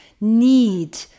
need